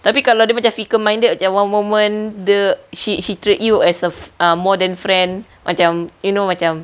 tapi kalau dia macam fickle minded macam one moment the she she treat you as a err more than friend macam you know macam